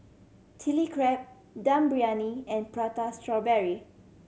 Chili Crab Dum Briyani and Prata Strawberry